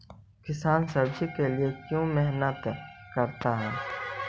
किसान सब्जी के लिए क्यों मेहनत करता है?